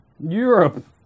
Europe